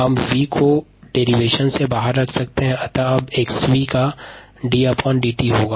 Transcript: हम V को व्युत्पन्न से बाहर रख सकते हैं अतः अब 𝑥𝑣 का ddt होगा